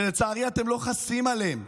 שלצערי אתם לא חסים עליהם.